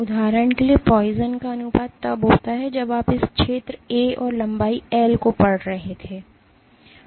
उदाहरण के लिए पॉइज़न का अनुपात तब होता है जब आप इस क्षेत्र A और लंबाई L को पढ़ रहे थे